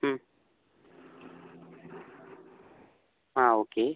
ആ ഓക്കെ